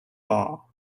bar